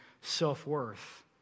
self-worth